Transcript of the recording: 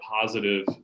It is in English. positive